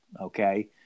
okay